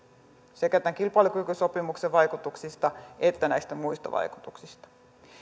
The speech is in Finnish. sekä tämän kilpailukykysopimuksen vaikutuksista että näistä muista vaikutuksista